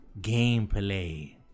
Gameplay